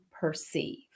perceive